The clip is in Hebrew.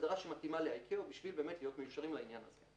הגדרה שמתאימה ל-ICAO כדי להיות מיושרים בעניין.